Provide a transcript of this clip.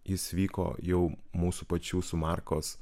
jis vyko jau mūsų pačių su markos